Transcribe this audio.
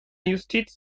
justiz